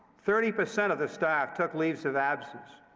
thirty percent of the staff took leaves of absence,